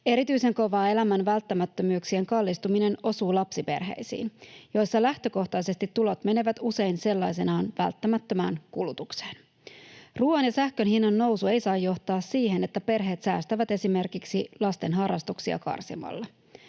Erityisen kovaa elämän välttämättömyyksien kallistuminen osuu lapsiperheisiin, joissa lähtökohtaisesti tulot menevät usein sellaisenaan välttämättömään kulutukseen. Ruuan ja sähkön hinnan nousu ei saa johtaa siihen, että perheet säästävät esimerkiksi lasten harrastuksia karsimalla.